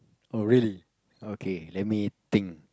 oh really oh okay let me think